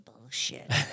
bullshit